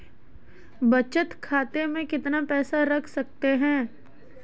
बचत खाते में कितना पैसा रख सकते हैं?